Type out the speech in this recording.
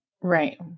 Right